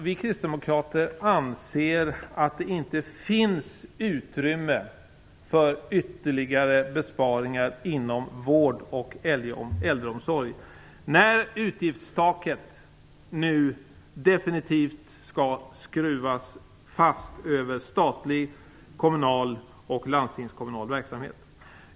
Vi kristdemokrater anser att det inte finns utrymme för ytterligare besparingar inom vård och äldreomsorg, när utgiftstaket nu definitivt skall skruvas fast över statlig, kommunal och landstingskommunal verksamhet.